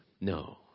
No